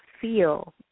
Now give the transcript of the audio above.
feel